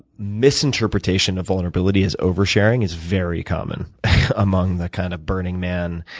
misinterpretation of vulnerability as over-sharing is very common among the kind of burning man,